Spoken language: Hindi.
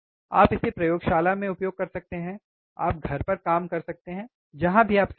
आप इसे प्रयोगशाला में उपयोग कर सकते हैं आप घर पर काम कर सकते हैं जहाँ भी आप सहज हैं